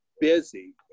busy